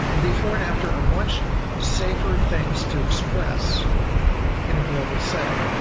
and before and after or much safer things to express in a global setting.